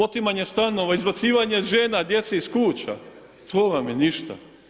Otimanje stanova, izbacivanje žena, djece iz kuća to vam je ništa.